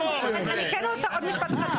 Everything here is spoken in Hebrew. אני כן רוצה עוד משפט אחד.